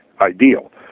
ideal